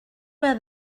where